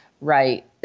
Right